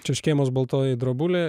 čia škėmos baltoji drobulė